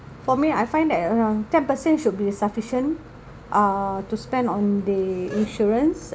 for me I find that around ten person should be sufficient uh to spend on the insurance